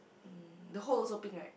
mm the hole also pink right